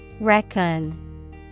Reckon